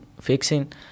fixing